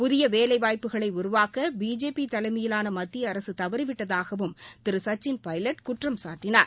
புதிய வேலைவாய்ப்புகளை உருவாக்க பிஜேபி தலைமையிலான மத்திய அரசு தவறிவிட்டதாகவும் திரு சச்சின் பைலட் குற்றம்சாட்டினார்